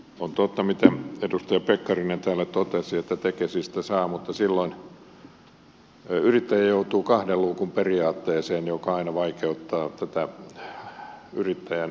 on totta mitä edustaja pekkarinen täällä totesi että tekesistä saa mutta silloin yrittäjä joutuu kahden luukun periaatteeseen joka aina vaikeuttaa yrittäjän arkielämää